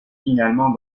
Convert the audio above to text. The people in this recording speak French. finalement